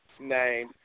name